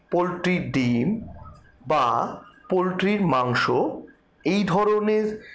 পোলট্রির ডিম বা পোলট্রির মাংস এই ধরনের